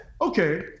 Okay